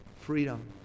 freedom